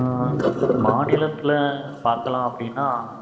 மாநிலத்தில் பார்க்கலாம் அப்படின்னா